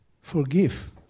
forgive